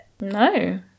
No